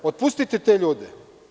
Otpustite te ljude.